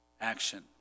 Action